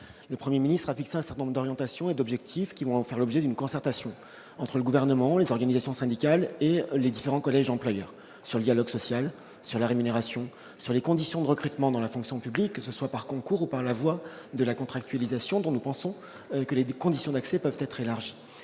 le 1er ministre avec 500 donc dans l'plantations et d'objectifs qui vont faire l'objet d'une concertation entre le gouvernement, les organisations syndicales et les différents collèges employeurs sur le dialogue social sur la rémunération sur les conditions de recrutement dans la fonction publique, que ce soit par concours ou par la voie de la contractualisation dont nous pensons que les des conditions d'accès peuvent être élargie,